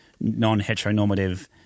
non-heteronormative –